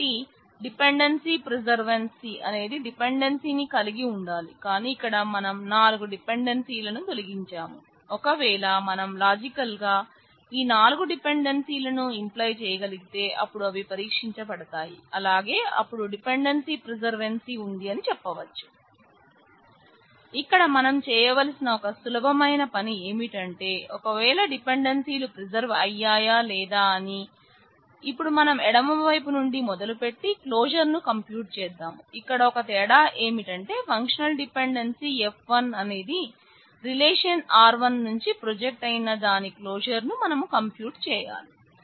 కాబట్టి dependency preservancy ను compute చేద్దాం ఇక్కడ ఒక తేడా ఏమిటంటే ఫంక్షనల్ డిపెండెన్సీ F1 అనేది రిలేషన్ R1నుంచి ప్రొజెక్ట్ అయిన దాని క్లోజర్ ను మనం కంప్యూట్ చేయాలి